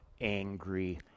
angry